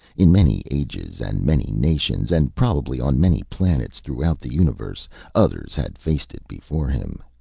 in many ages and many nations and probably on many planets throughout the universe others had faced it before him.